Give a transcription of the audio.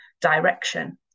direction